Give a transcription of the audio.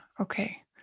Okay